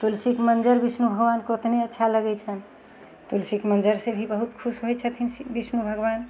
तुलसीके मञ्जर विष्णु भगवानके ओतने अच्छा लगय छनि तुलसीके मञ्जरसँ भी बहुत खुश होइ छथिन विष्णु भगवान